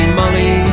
money